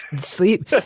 sleep